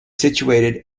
situated